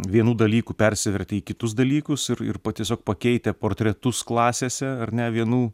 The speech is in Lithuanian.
vienų dalykų persivertė į kitus dalykus ir ir pati pakeitę portretus klasėse ar ne vienų